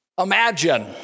Imagine